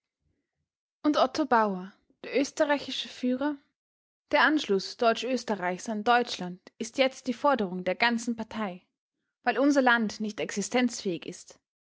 und otto bauer der österreichische führer der anschluß deutschösterreichs an deutschland ist jetzt die forderung der ganzen partei weil unser land nicht existenzfähig ist